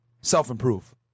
self-improve